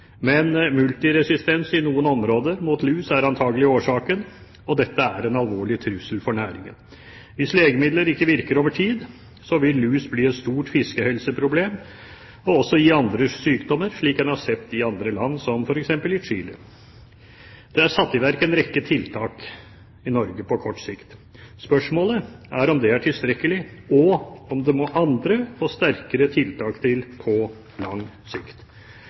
Multiresistens mot lus i noen områder er antakelig årsaken, og dette er en alvorlig trussel for næringen. Hvis legemidler ikke virker over tid, vil lus bli et stort fiskehelseproblem og også gi andre sykdommer, slik en har sett i andre land, som f.eks. i Chile. Det er satt i verk en rekke tiltak i Norge på kort sikt. Spørsmålet er om det er tilstrekkelig og om det må andre og sterkere tiltak til på lang sikt.